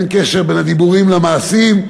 אין קשר בין הדיבורים למעשים,